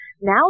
Now